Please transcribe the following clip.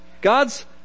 God's